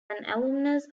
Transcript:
alumnus